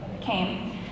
came